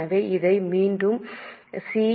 எனவே அதை மீண்டும் சி